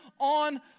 on